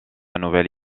nouvelle